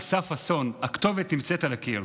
אנחנו על סף אסון, הכתובת נמצאת על הקיר.